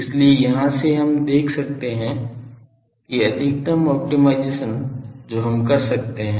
इसलिए यहां से हम देख सकते हैं कि अधिकतम ऑप्टिमाइजेशन जो हम कर सकते हैं